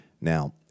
Now